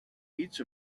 each